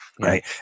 right